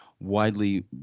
widely